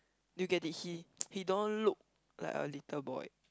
do you get it he he don't look like a little boy